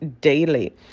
daily